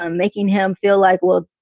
um making him feel like, well,